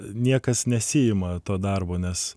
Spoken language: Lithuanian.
niekas nesiima to darbo nes